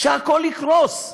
שהכול יקרוס.